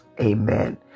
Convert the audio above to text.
Amen